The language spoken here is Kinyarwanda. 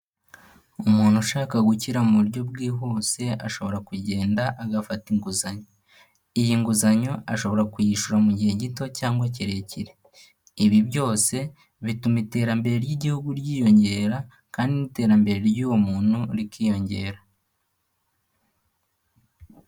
Umuntu ushaka gukira mu buryo bwihuse, ashobora kugenda agafata inguzanyo. Iyi nguzanyo, ashobora kuyishyura mu gihe gito cyangwa kirekire. Ibi byose, bituma iterambere ry'igihugu ryiyongera kandi n'iterambere ry'uwo muntu rikiyongera.